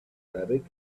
arabic